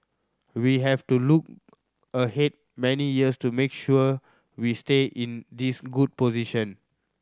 we have to look ahead many years to make sure we stay in this good position